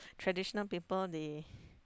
traditional people they